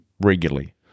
regularly